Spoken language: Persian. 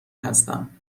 هستم